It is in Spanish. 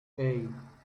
hey